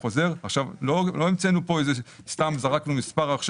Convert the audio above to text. לא המצאנו כאן וכדי להימנע מזה סתם זרקנו איזשהו מספר.